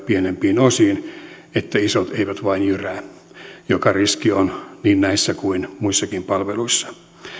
pienempiin osiin niin että isot eivät vain jyrää mikä riski on niin näissä kuin muissakin palveluissa